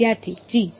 વિદ્યાર્થી જી